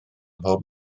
mhob